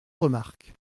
remarques